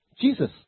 Jesus